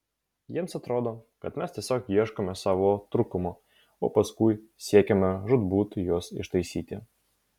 jiems atrodo kad mes tiesiog ieškome savo trūkumų o paskui siekiame žūtbūt juos ištaisyti